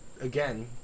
again